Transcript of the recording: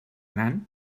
gran